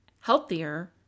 healthier